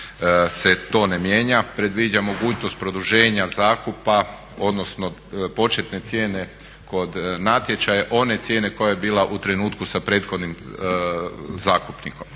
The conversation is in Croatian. se to ne mijenja, predviđa mogućnost produženja zakupa odnosno početne cijene kod natječaja, one cijene koja je bila u trenutku sa prethodnim zakupnikom.